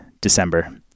December